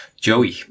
Joey